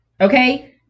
Okay